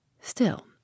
Still